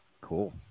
Cool